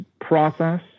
process